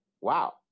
Wow